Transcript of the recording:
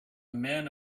man